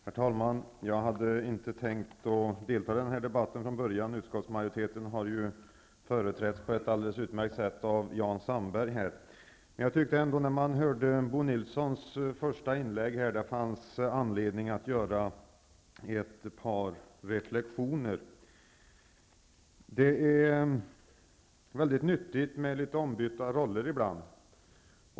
Herr talman! Jag hade inte tänkt delta i den här debatten. Utskottsmajoriteten har ju företrätts på ett utmärkt sätt av Jan Sandberg. Men när jag hörde Bo Nilssons första inlägg, tyckte jag ändå att det fanns anledning att göra ett par reflexioner. Det är mycket nyttigt med litet ombytta roller ibland.